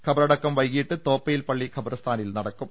ഖബ റടക്കം വൈകീട്ട് തോപ്പയിൽ പള്ളി ഖബർസ്ഥാനിൽ നടക്കും